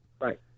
Right